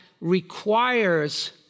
requires